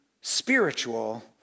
spiritual